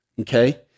Okay